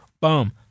boom